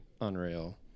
unreal